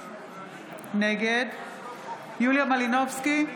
נגד יוליה מלינובסקי,